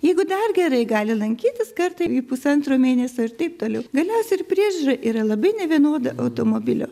jeigu dar gerai gali lankytis kartą į pusantro mėnesio ir taip toliau galiausiai ir priežiūra yra labai nevienoda automobilio